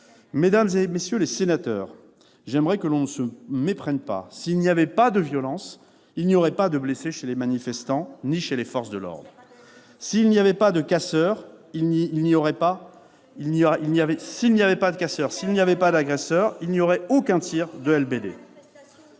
Mesdames, messieurs les sénateurs, j'aimerais que l'on ne se méprenne pas. S'il n'y avait pas de violences, il n'y aurait de blessés ni chez les manifestants ni chez les forces de l'ordre. Et pourquoi pas, pas de manifestation ! S'il n'y avait pas de casseurs, s'il n'y avait pas d'agresseurs, il n'y aurait aucun tir de LBD.